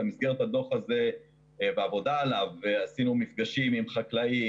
במסגרת הדוח הזה והעבודה עליו קיימנו מפגשים עם חקלאים,